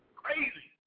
crazy